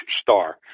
star